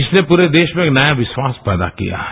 इसने पूरे देश में एक नया विश्वास पैदा किया है